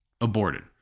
aborted